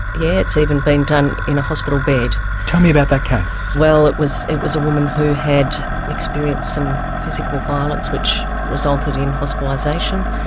yeah even been done in a hospital bed. tell me about that case. well, it was it was a woman who had experienced some physical violence which resulted in hospitalisation,